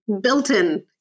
built-in